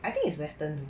I think is western though